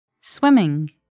Swimming